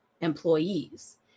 employees